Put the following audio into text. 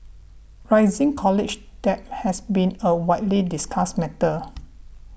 rising college debt has been a widely discussed matter